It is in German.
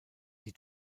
die